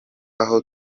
aho